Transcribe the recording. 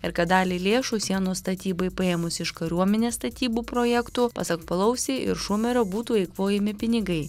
ir kad dalį lėšų sienos statybai paėmus iš kariuomenės statybų projektų pasak pelousi ir šumerio būtų eikvojami pinigai